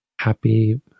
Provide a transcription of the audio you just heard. happy